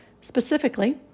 specifically